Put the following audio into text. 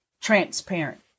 transparent